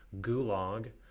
gulag